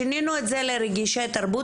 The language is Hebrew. שינינו את זה לרגישי תרבות.